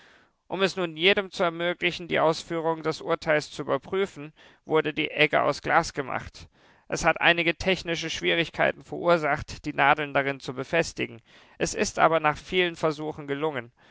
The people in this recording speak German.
um es nun jedem zu ermöglichen die ausführung des urteils zu überprüfen wurde die egge aus glas gemacht es hat einige technische schwierigkeiten verursacht die nadeln darin zu befestigen es ist aber nach vielen versuchen gelungen